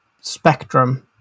spectrum